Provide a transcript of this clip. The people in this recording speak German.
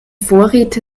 vorräte